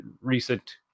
recent